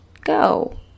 go